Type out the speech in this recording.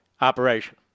operation